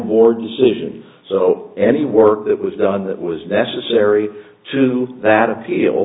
board decision so any work that was done that was necessary to that appeal